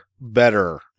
better